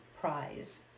prize